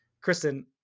Kristen